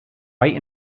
right